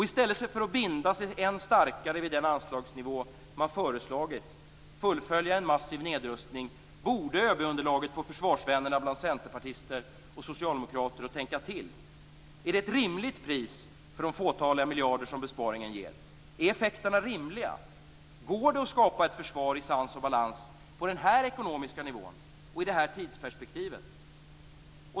I stället för att binda sig än starkare vid den anslagsnivå man förslagit och fullfölja en massiv nedrustning, borde ÖB-underlaget få försvarsvännerna bland centerpartister och socialdemokrater att tänka till. Är det ett rimligt pris för de fåtaliga miljarder som besparingen ger? Är effekterna rimliga? Går det att skapa ett försvar i sans och balans på denna ekonomiska nivå och med detta tidsperspektiv?